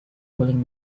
calling